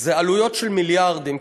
זה עלויות של מיליארדים,